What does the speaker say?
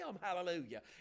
hallelujah